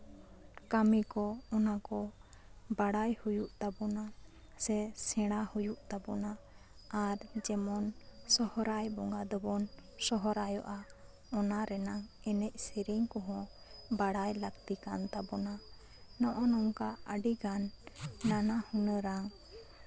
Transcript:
ᱠᱟᱹᱢᱤ ᱠᱚ ᱚᱱᱟ ᱵᱟᱲᱟᱭ ᱦᱩᱭᱩᱜ ᱵᱟᱲᱟᱭ ᱦᱩᱭᱩᱜ ᱛᱟᱵᱳᱱᱟ ᱥᱮ ᱥᱮᱬᱟ ᱦᱩᱭᱩᱜ ᱛᱟᱵᱳᱱᱟ ᱟᱨ ᱡᱮᱢᱚᱱ ᱥᱚᱦᱨᱟᱭ ᱵᱚᱸᱜᱟ ᱫᱚᱵᱚᱱ ᱥᱚᱦᱨᱟᱭᱚᱜᱼᱟ ᱚᱱᱟ ᱨᱮᱱᱟᱜ ᱮᱱᱮᱡ ᱥᱮᱨᱮᱧ ᱠᱚᱦᱚᱸ ᱵᱟᱲᱟᱭ ᱞᱟᱹᱠᱛᱤ ᱠᱟᱱ ᱛᱟᱵᱳᱱᱟ ᱱᱚᱜᱼᱚᱭ ᱱᱚᱝᱠᱟ ᱟᱹᱰᱤ ᱜᱟᱱ ᱱᱟᱱᱟ ᱦᱩᱱᱟᱹᱨ ᱨᱟᱝ